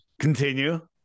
continue